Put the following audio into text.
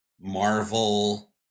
Marvel